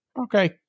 Okay